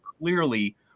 clearly